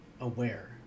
aware